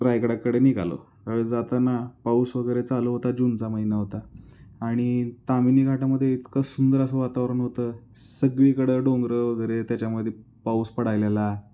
रायगडाकडे निघालो त्यावेळी जाताना पाऊस वगैरे चालू होता जूनचा महिना होता आणि ताम्हिणी घाटामध्ये इतकं सुंदर असं वातावरण होतं सगळीकडं डोंगरं वगैरे त्याच्यामध्ये पाऊस पडलेला